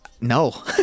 No